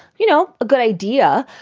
you know, a good idea.